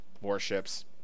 warships